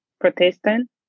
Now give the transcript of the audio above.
Protestant